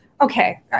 okay